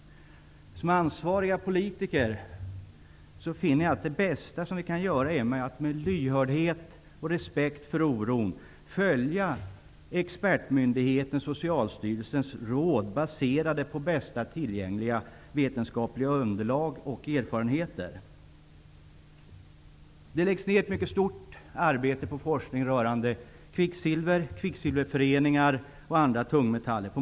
Som ansvariga politiker finner jag att det bästa vi kan göra är att med lyhördhet och respekt för oron följa expertmyndighetens, Socialstyrelsens, råd baserade på bästa tillgängliga vetenskapliga underlag och erfarenheter. På många håll i landet läggs det ner ett mycket stort arbete på forskning rörande kvicksilver, kvicksilverföreningar och andra tungmetaller.